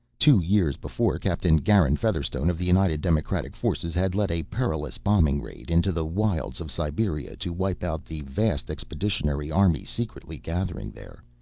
two years before, captain garin featherstone of the united democratic forces had led a perilous bombing raid into the wilds of siberia to wipe out the vast expeditionary army secretly gathering there.